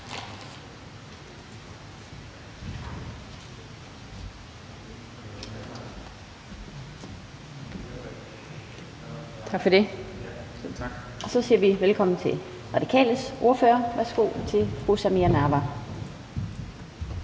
bemærkninger. Så siger vi velkommen til Radikales ordfører. Værsgo til fru Samira